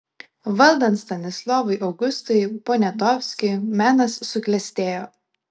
valdant stanislovui augustui poniatovskiui menas suklestėjo